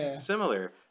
similar